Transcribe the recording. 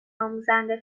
آموزنده